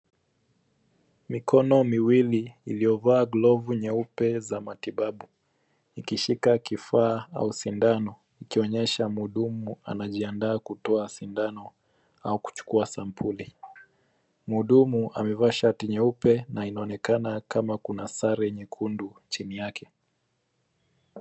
Mikono miwili iliyovaa glavu nyeupe za matibabu akishika kifaa au sindano ikionyesha mhudumu anajiandaa kutoka sindano au kuchukua sampuli. Mhudumu amevaa shati nyeupe na inaonekana kama kuna sare nyekundu chini yake.